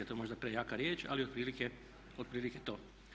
To je možda prejaka riječ, ali otprilike to.